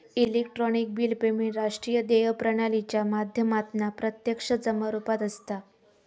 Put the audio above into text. electronic bill payment राष्ट्रीय देय प्रणालीच्या माध्यमातना प्रत्यक्ष जमा रुपात असता